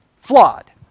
Flawed